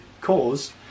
cause